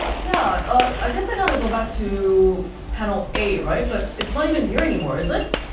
yeah, ah i guess i gotta go back to panel a, right? but it's not even here anymore, is it?